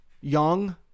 young